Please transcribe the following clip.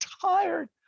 tired